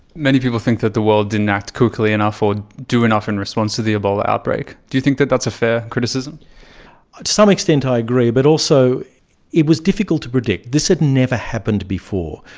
many people think that the world didn't quickly quickly enough or do enough in response to the ebola outbreak. do you think that that's a fair criticism? to some extent i agree, but also it was difficult to predict. this had never happened before.